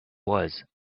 was